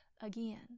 again